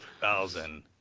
Thousand